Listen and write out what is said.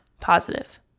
positive